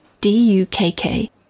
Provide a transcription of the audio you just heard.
D-U-K-K